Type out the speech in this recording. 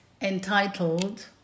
entitled